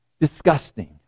disgusting